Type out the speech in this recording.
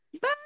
Bye